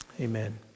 amen